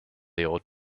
ought